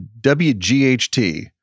WGHT